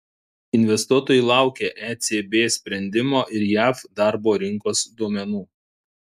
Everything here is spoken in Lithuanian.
investuotojai laukia ecb sprendimo ir jav darbo rinkos duomenų